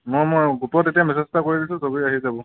মই মই গ্ৰুপত এতিয়া মেচেজ এটা কৰি দিছোঁ চবেই আহি যাব